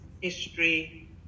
history